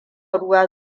ruwan